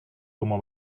como